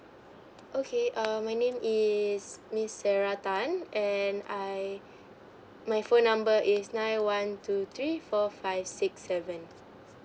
okay um my name is miss sarah tan and I my phone number is nine one two three four five six seven